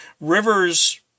rivers